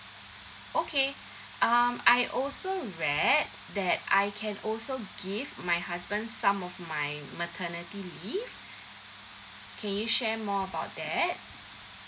okay um I also read that I can also give my husband some of my maternity leave can you share more about that